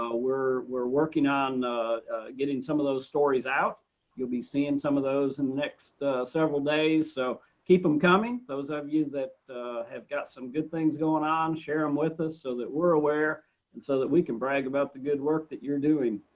ah we're we're working on getting some of those stories out you'll be seeing some of those in the next several days, so keep them coming. those of you that have got some good things going on, share them with us so that we're aware and so that we can brag about the good work that you're doing.